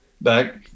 back